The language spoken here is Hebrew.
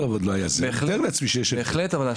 אני מתאר לעצמי שיש הבדל.